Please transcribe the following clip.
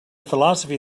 philosophy